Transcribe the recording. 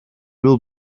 will